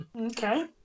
Okay